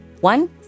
One